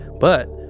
but,